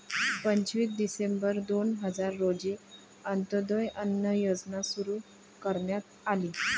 पंचवीस डिसेंबर दोन हजार रोजी अंत्योदय अन्न योजना सुरू करण्यात आली